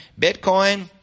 Bitcoin